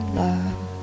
love